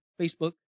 Facebook